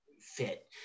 fit